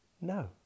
No